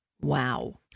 Wow